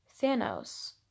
thanos